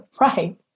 Right